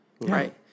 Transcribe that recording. right